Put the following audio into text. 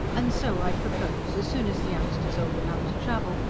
and so i propose, as soon as the youngster's old enough to travel,